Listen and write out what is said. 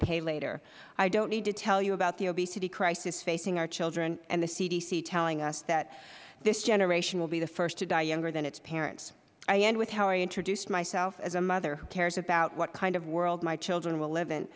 pay later i do not need to tell you about the obesity crisis facing our children and the cdc's telling us that this generation will be the first to die younger than its parents i end with how i introduced myself as a mother who cares about what kind of world my children will liv